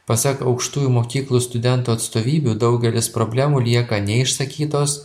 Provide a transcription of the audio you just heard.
pasak aukštųjų mokyklų studentų atstovybių daugelis problemų lieka neišsakytos